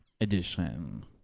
edition